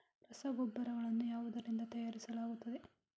ರಸಗೊಬ್ಬರಗಳನ್ನು ಯಾವುದರಿಂದ ತಯಾರಿಸಲಾಗುತ್ತದೆ?